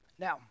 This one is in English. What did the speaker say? Now